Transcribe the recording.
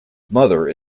mother